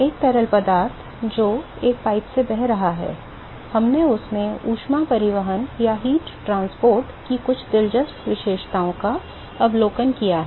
एक तरल पदार्थ जो एक पाइप से बह रहा है हमने उसमें ऊष्मा परिवहन की कुछ दिलचस्प विशेषताओं का अवलोकन किया है